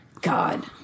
God